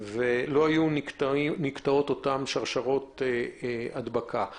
היו נקטעות שרשראות ההדבקה שגורמים רבע מהחולים.